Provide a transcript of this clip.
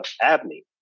Abney